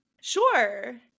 Sure